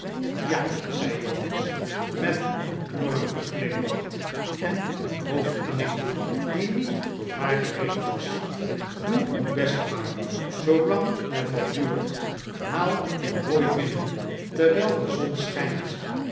ja zei jonas met een knorrigen glimlach en een hoofdknik die niet tot haar gericht was do'e uw best maar zoolang het nog duurt haal uw hooi binnen terwijl de zon schijnt